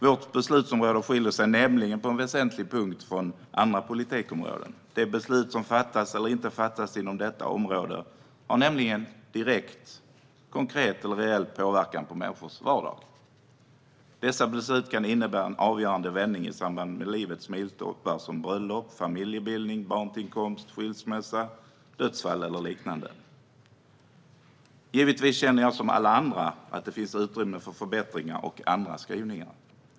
Vårt beslutsområde skiljer sig nämligen på en väsentlig punkt från andra politikområden, nämligen att de beslut som fattas eller inte fattas inom detta område har direkt, konkret och reell påverkan på människors vardag. Dessa beslut kan innebära en avgörande vändning i samband med livets milstolpar, det vill säga bröllop, familjebildning, barntillkomst, skilsmässa, dödsfall och liknande. Givetvis känner jag som alla andra att det finns utrymme för förbättringar och andra skrivningar.